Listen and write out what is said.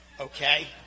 okay